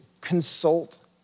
consult